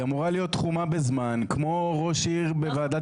היא אמורה להיות תחומה בזמן כמו ראש עיר בוועדת